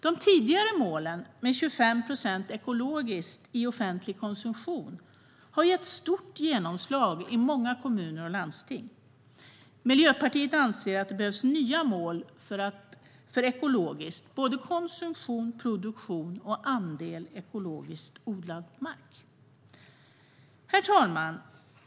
Det tidigare målet med 25 procent ekologiskt i offentlig konsumtion har gett stort genomslag i många kommuner och landsting. Miljöpartiet anser att det behövs nya mål för ekologiskt när det gäller såväl konsumtion som produktion och andelen ekologiskt odlad mark. Herr talman!